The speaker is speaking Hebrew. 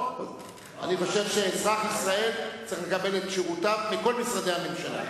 אני חושב שאזרח ישראל צריך לקבל את שירותיו מכל משרדי הממשלה,